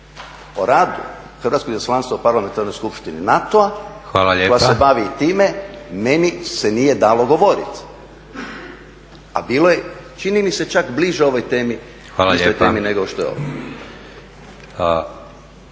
o radu Hrvatskog izaslanstva u Parlamentarnoj skupštini NATO-a koja se bavi time meni se nije dalo govoriti, a bilo je čini mi se čak bliže ovoj temi, istoj temi nego što je ovo.